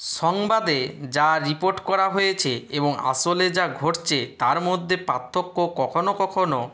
সংবাদে যা রিপোর্ট করা হয়েচে এবং আসলে যা ঘটছে তার মধ্যে পার্থক্য কখনো কখনো